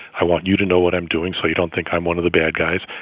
i want you to know what i'm doing so you don't think i'm one of the bad guys.